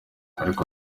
ariko